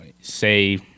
say